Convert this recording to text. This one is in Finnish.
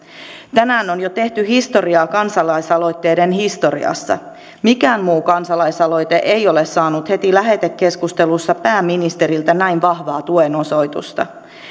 tänään on jo tehty historiaa kansalaisaloitteiden historiassa mikään muu kansalaisaloite ei ole saanut heti lähetekeskustelussa pääministeriltä näin vahvaa tuen osoitusta